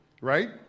Right